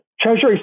Treasury